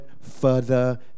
further